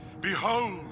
Behold